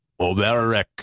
Oberek